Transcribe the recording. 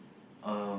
um